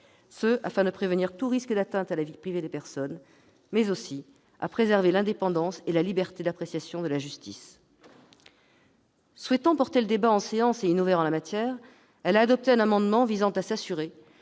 ce afin de prévenir tout risque d'atteinte à la vie privée des personnes, mais aussi de préserver l'indépendance et la liberté d'appréciation de la justice. Souhaitant porter le débat en séance et innover en la matière, elle a adopté un amendement visant à s'assurer